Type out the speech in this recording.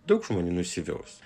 daug žmonių nusivils